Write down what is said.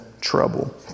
trouble